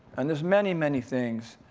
and there's many, many things.